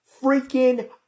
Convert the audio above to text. freaking